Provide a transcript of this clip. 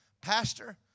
pastor